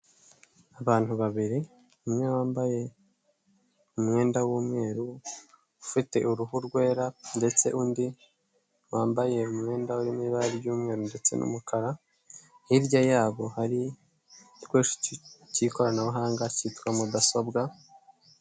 Abantu babiri umwe wambaye umwenda w'umweru ufite uruhu rwera ndetse undi wambaye umwenda urimo ibara ry'umweru ndetse n'umukara, hirya yabo hari igikoresho cy'ikoranabuhanga kitwa mudasobwa.